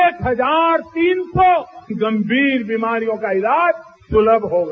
एक हजार तीन सौ गंभीर बीमारियों का इलाज सुलभ होगा